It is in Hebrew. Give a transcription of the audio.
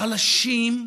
חלשים,